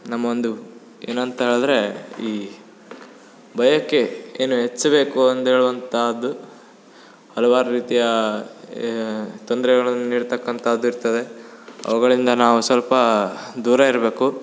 ನಮ್ಮ ಒಂದು ಏನು ಅಂತ ಏಳದ್ರೆ ಈ ಬಯಕೆ ಏನು ಎಚ್ಚು ಬೇಕು ಅಂದ್ ಏಳುವಂತಾದ್ದು ಅಲವಾರು ರೀತಿಯ ತೊಂದ್ರೆಗಳನ್ನು ನೀಡ್ತಕಂತಾದು ಇರ್ತದೆ ಅವುಗಳಿಂದ ನಾವು ಸೊಲ್ಪ ದೂರ ಇರ್ಬೇಕು